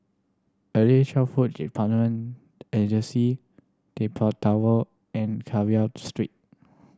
Early Childhood Development Agency Keppel Tower and Carver Street